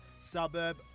suburb